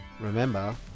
Remember